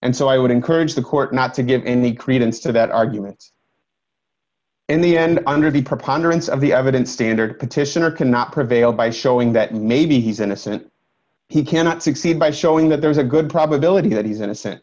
and so i would encourage the court not to give any credence to that arguments in the end under the preponderance of the evidence standard petitioner cannot prevail by showing that maybe he's innocent he cannot succeed by showing that there is a good probability that he's innocent